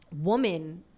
woman